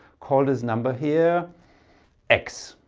call this number here x